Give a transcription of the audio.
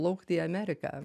plaukti į ameriką